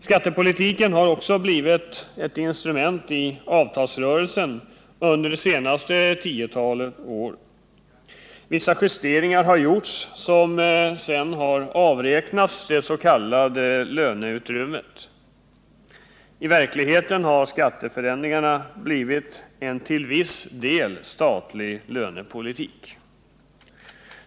Skattepolitiken har också blivit ett instrument i avtalsrörelsen under låt mig säga de senaste tio åren. Vissa justeringar har gjorts som sedan har avräknats från det s.k. löneutrymmet. I verkligheten har skatteförändringarna blivit en till viss del statlig lönepolitik.